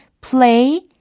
play